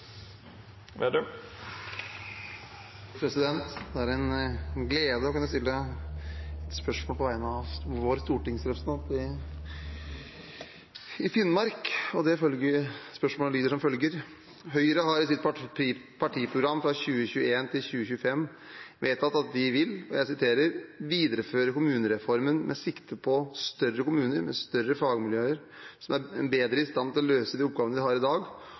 Det er en glede å kunne stille et spørsmål på vegne av vår stortingsrepresentant i Finnmark: «Høyre har i sitt partiprogram for 2021–2025 vedtatt at de vil, og jeg siterer: «Videreføre kommunereformen med sikte på større kommuner med større fagmiljøer som er bedre i stand til å løse oppgavene de har i dag,